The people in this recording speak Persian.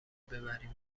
ببریم